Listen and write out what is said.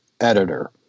editor